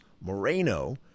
Moreno